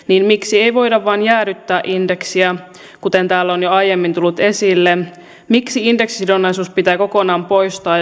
niin miksi ei voida vain jäädyttää indeksiä kuten täällä on jo tullut aiemmin esille miksi indeksisidonnaisuus pitää kokonaan poistaa